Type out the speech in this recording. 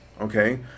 okay